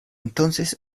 entonces